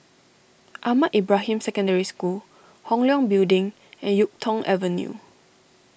Ahmad Ibrahim Secondary School Hong Leong Building and Yuk Tong Avenue